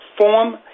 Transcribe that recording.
form